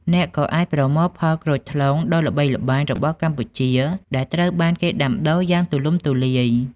អ្នកក៏អាចប្រមូលផលក្រូចថ្លុងដ៏ល្បីល្បាញរបស់កម្ពុជាដែលត្រូវបានគេដាំដុះយ៉ាងទូលំទូលាយ។